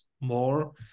more